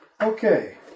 Okay